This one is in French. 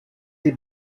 des